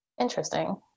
Interesting